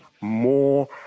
more